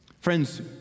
Friends